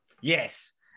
Yes